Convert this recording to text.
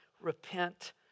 Repent